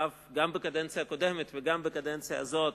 גם בקדנציה הקודמת וגם בקדנציה הזאת,